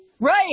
Right